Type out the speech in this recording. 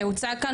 שהוצע כאן,